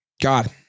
God